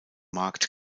markt